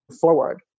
forward